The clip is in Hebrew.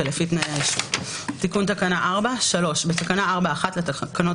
ולפי תנאי האישור." תיקון תקנה 43. בתקנה 4(1) לתקנות